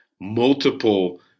multiple